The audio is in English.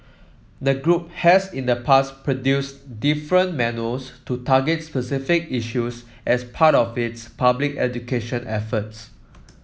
the group has in the past produced different manuals to target specific issues as part of its public education efforts